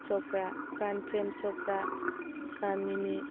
Chopra Pran Prem Chopra Kamini